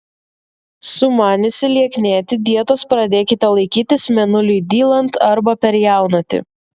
sumaniusi lieknėti dietos pradėkite laikytis mėnuliui dylant arba per jaunatį